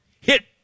Hit